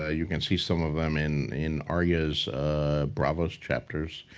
ah you can see some of them in in arya's brava's chapters,